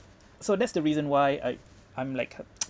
so that's the reason why I I'm like